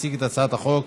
יציג את הצעת החוק